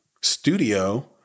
studio